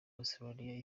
australia